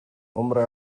hombre